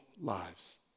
lives